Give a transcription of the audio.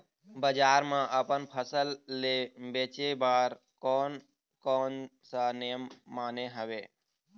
बजार मा अपन फसल ले बेचे बार कोन कौन सा नेम माने हवे?